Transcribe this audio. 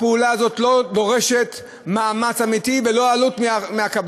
הפעולה הזאת לא דורשת מאמץ אמיתי ולא עלות מהקבלן.